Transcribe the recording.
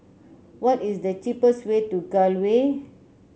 what is the cheapest way to Gul Way